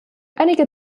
einige